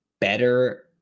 better